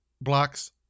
Blocks